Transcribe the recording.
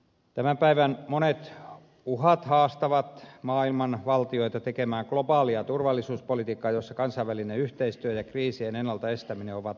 tämän päivän monet uhat haastavat maailman valtioita tekemään globaalia turvallisuuspolitiikkaa jossa kansainvälinen yhteistyö ja kriisien ennalta estäminen ovat avainasemassa